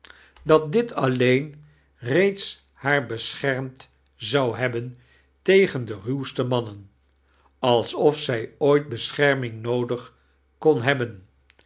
dat dit alleen reeds haar beschermd zou hebben tegen de ruwste manneii alsof zij ooit beeoherining noodig kon hebben